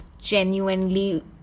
genuinely